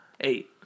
Eight